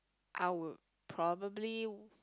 I would probably